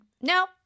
no